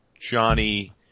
johnny